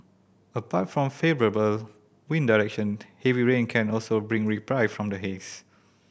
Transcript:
apart from favourable wind direction heavy rain can also bring reprieve from the haze